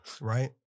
right